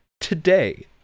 today